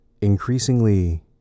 increasingly